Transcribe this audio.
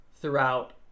throughout